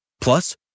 Plus